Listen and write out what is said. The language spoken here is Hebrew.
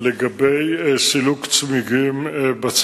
במיוחד בחגים,